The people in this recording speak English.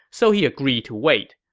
so he agreed to wait.